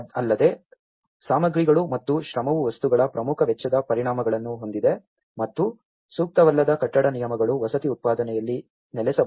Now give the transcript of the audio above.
ಅಲ್ಲದೆ ಸಾಮಗ್ರಿಗಳು ಮತ್ತು ಶ್ರಮವು ವಸ್ತುಗಳ ಪ್ರಮುಖ ವೆಚ್ಚದ ಪರಿಣಾಮಗಳನ್ನು ಹೊಂದಿದೆ ಮತ್ತು ಸೂಕ್ತವಲ್ಲದ ಕಟ್ಟಡ ನಿಯಮಗಳು ವಸತಿ ಉತ್ಪಾದನೆಯಲ್ಲಿ ನೆಲೆಸಬಹುದು